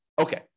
Okay